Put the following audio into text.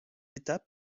étape